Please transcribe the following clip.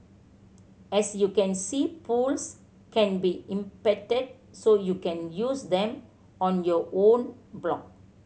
as you can see polls can be embedded so you can use them on your own blog